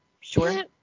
Sure